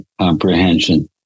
comprehension